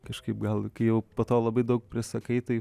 kažkaip gal jau po to labai daug prisakai tai